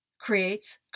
creates